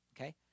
Okay